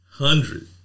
hundred